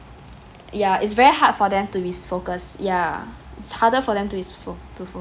ya it's very hard for them to be s~ focus ya it's harder for them to be s~ fo~ to fo~